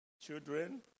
children